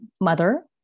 mother